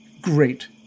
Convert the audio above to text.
great